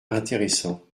intéressants